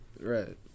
Right